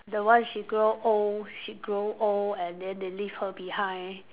the one she grow old she grow old and then they leave her behind